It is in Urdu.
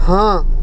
ہاں